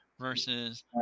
versus